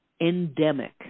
endemic